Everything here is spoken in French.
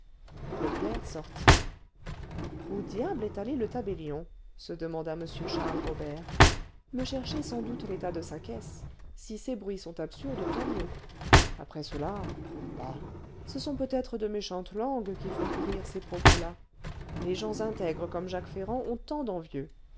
clerc sortit où diable est allé le tabellion se demanda m charles robert me chercher sans doute l'état de sa caisse si ces bruits sont absurdes tant mieux après cela bah ce sont peut-être de méchantes langues qui font courir ces propos là les gens intègres comme jacques ferrand ont tant